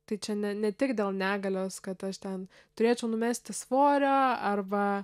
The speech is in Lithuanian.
tai čia ne ne tik dėl negalios kad aš ten turėčiau numesti svorio arba